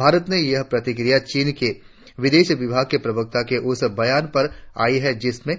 भारत की यह प्रतिक्रिया चीन के विदेश विभाग के प्रवक्ता के उस बयान पर आई है जिस में